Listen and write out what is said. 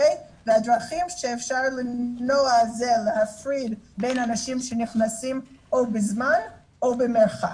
הדרכים שאפשר למנוע זה להפריד בין אנשים שנכנסים או בזמן או במרחק.